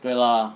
对 lah